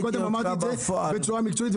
קודם אמרתי את זה בצורה מקצועית.